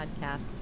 podcast